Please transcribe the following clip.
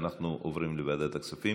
אנחנו עוברים לוועדת הכספים,